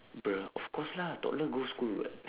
bruh of course lah toddler go school [what]